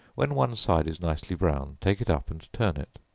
when one side is nicely brown, take it up and turn it,